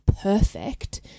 perfect